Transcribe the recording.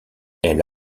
elle